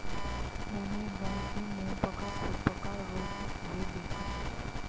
मैंने एक गाय के मुहपका खुरपका रोग हुए देखा था